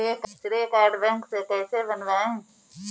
श्रेय card bank से कैसे बनवाएं?